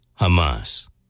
Hamas